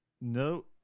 no